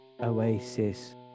Oasis